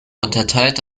unterteilt